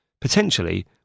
potentially